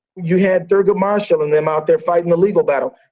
you had thurgood marshall and them out there fighting the legal battle.